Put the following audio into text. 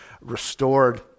restored